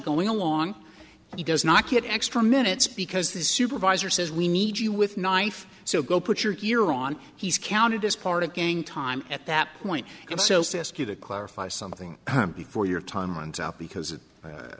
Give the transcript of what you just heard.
going on on he does not get extra minutes because the supervisor says we need you with knife so go put your gear on he's counted as part of gang time at that point so say ask you to clarify something before your time runs out because it's u